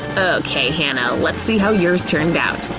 okay, hannah, let's see how yours turned out!